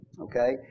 Okay